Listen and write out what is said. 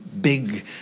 big